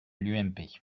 l’ump